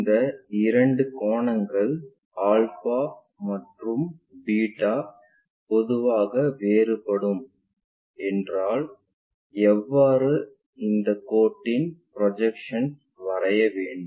இந்த இரண்டு கோணங்கள் ஆல்பா மற்றும் பீட்டா பொதுவாக வேறுபடும் என்றார் எவ்வாறு இந்த கோட்டின் ப்ரொஜெக்ஷன் வரைய வேண்டும்